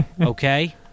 okay